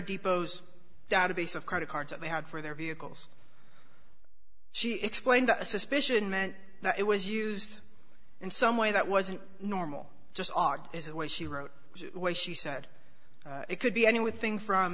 depots database of credit cards that they had for their vehicles she explained a suspicion meant it was used in some way that wasn't normal just odd is the way she wrote she said it could be any with thing from